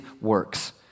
works